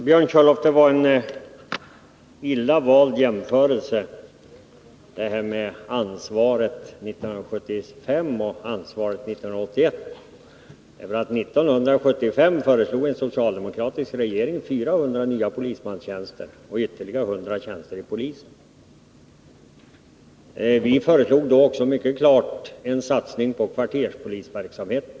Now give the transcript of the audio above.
Herr talman! Det var en illa vald jämförelse detta med ansvaret 1975 och 1981, Björn Körlof. År 1975 föreslog en socialdemokratisk regering 400 nya polismanstjänster och ytterligare 100 tjänster i polisen. Vi föreslog också mycket klart en satsning på kvarterspolisverksamheten.